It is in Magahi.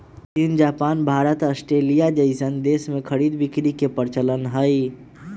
चीन भारत जापान अस्ट्रेलिया जइसन देश में खरीद बिक्री के परचलन हई